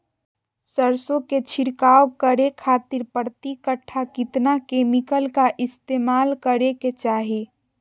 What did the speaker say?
सरसों के छिड़काव करे खातिर प्रति कट्ठा कितना केमिकल का इस्तेमाल करे के चाही?